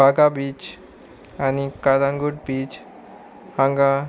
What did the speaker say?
Baga beach आनी Calangute beach हांगा